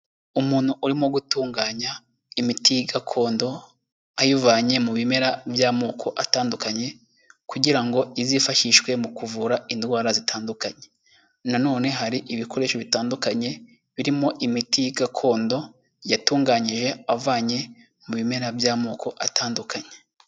Umuntu urimo gutunganya imiti gakondo, ayivanye mu bimera by'amoko atandukanye, kugira ngo izifashishwe mu kuvura indwara zitandukanye, nanone hari ibikoresho bitandukanye birimo imiti gakondo yatunganyije avanye mu bimera by'amoko atandukanye.